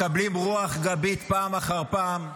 מקבלים רוח גבית פעם אחר פעם,